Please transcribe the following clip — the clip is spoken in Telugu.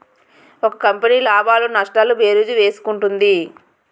ఒక కంపెనీ లాభాలు నష్టాలు భేరీజు వేసుకుంటుంది